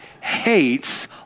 hates